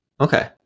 Okay